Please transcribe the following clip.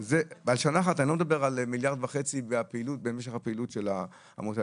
אני לא מדבר על מיליארד וחצי במשך הפעילות של העמותה.